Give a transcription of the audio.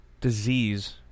disease